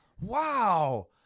Wow